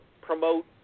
promote –